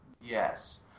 Yes